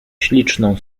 śliczną